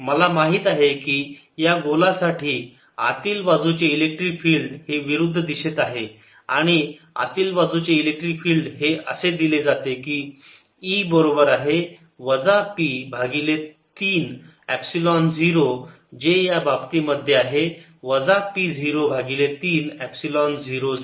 मला माहित आहे की या गोला साठी आतील बाजूचे इलेक्ट्रिक फील्ड हे विरुद्ध दिशेत आहे आणि आतील बाजूचे इलेक्ट्रिक फील्ड हे असे दिले जाते की E बरोबर आहे वजा p भागिले 3 एपसिलोन 0 जे या बाबतीमध्ये आहे वजा p 0 भागिले 3 एपसिलोन 0 z